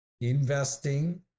investing